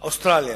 אוסטרליה,